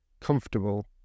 comfortable